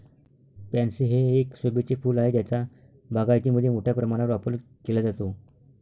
pansy हे एक शोभेचे फूल आहे ज्याचा बागायतीमध्ये मोठ्या प्रमाणावर वापर केला जातो